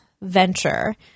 venture